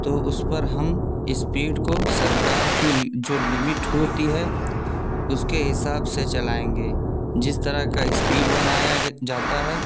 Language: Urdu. تو اس پر ہم اسپیڈ کو سرکار کی جو لمٹ ہوتی ہے اس کے حساب سے چلائیں گے جس طرح کا اسپیڈ بنایا جاتا ہے